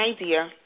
idea